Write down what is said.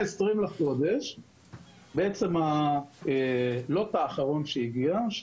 בעצם מה-20 בינואר חילקנו את הלוט האחרון שהגיע.